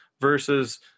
versus